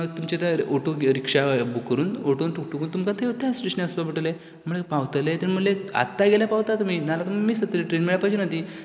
तुमचें तर auto rickshaw book करून ओटो टूक टूक तुमकां त्या त्या स्टेशनाक वचपा पडटलें पावतलें तें म्हणलें आत्तां गेल्यार पावता तुमी नाजाल्यार तुमकां मीस जातली ट्रेन मेळपाची ना ती